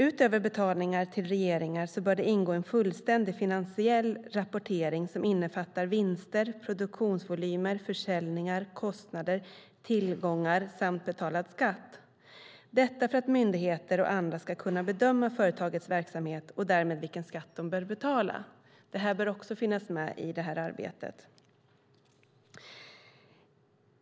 Utöver betalningar till regeringar bör det ingå en fullständig finansiell rapportering som innefattar vinster, produktionsvolymer, försäljningar, kostnader, tillgångar samt betalad skatt. Detta behövs för att myndigheter och andra ska kunna bedöma företagens verksamhet och därmed vilken skatt de bör betala. Det bör också finnas med i arbetet.